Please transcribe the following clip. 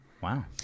Wow